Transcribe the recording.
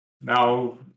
now